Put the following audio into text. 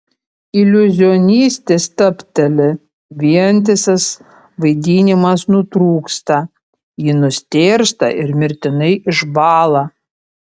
iliuzionistė stabteli vientisas vaidinimas nutrūksta ji nustėrsta ir mirtinai išbąla